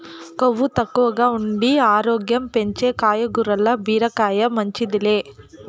కొవ్వు తక్కువగా ఉండి ఆరోగ్యం పెంచే కాయగూరల్ల బీరకాయ మించింది లే